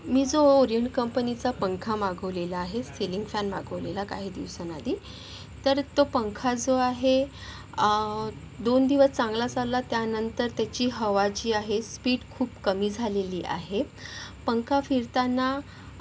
मी जो ओरिएन्ट कंपनीचा पंखा मागवलेला आहे सीलिंग फॅन मागवलेला काही दिवसांआधी तर तो पंखा जो आहे दोन दिवस चांगला चालला त्यानंतर त्याची हवा जी आहे स्पीड खूप कमी झालेली आहे पंखा फिरताना